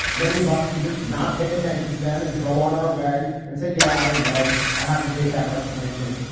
many of us could just not pay attention to them and go on our way and say, yeah, i don't know. i haven't paid that much attention.